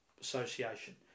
Association